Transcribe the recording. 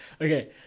Okay